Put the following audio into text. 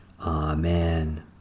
Amen